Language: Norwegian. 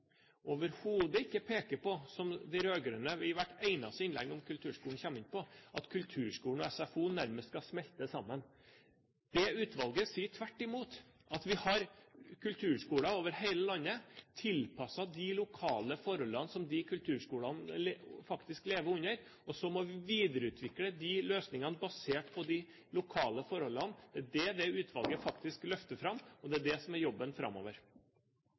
overhodet ikke peker på det som de rød-grønne i hvert eneste innlegg om kulturskolen kommer inn på, at kulturskolen og SFO nærmest skal smelte sammen. Utvalget sier tvert imot at vi har kulturskoler over hele landet, tilpasset de lokale forholdene som de faktisk lever under. Så må vi videreutvikle løsningene basert på de lokale forholdene. Det er det det utvalget faktisk løfter fram, og det er det som er jobben framover.